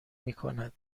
میکند